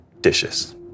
dishes